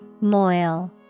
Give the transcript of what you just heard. moil